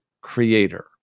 creator